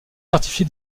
certifié